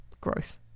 growth